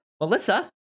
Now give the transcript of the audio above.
Melissa